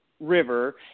river